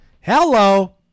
Hello